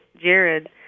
Jared